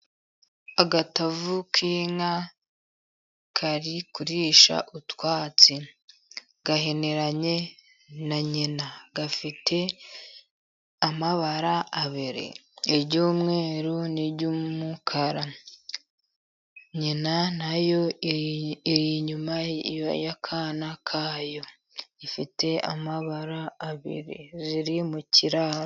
Agatavu k'inka kari kurisha utwatsi gahereneranye na nyina, gafite amabara abiri iry'umweru n'iry'umukara, nyina nayo iri inyuma y'akana kayo, ifite amabara abiri, ziri mu kiraro.